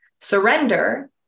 Surrender